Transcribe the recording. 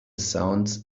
sounds